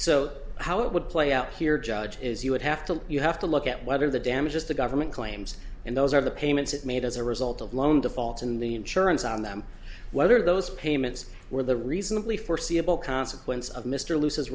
so how it would play out here judge is you would have to you have to look at whether the damages the government claims and those are the payments it made as a result of loan defaults and the insurance on them whether those payments were the reasonably foreseeable consequence of mr looses